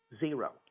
zero